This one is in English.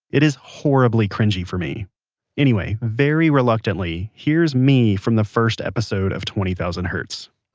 it is horribly cringey for me anyway, very reluctantly, here's me from the first episode of twenty thousand hertz